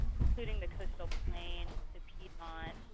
including the coastal plain, the piedmont,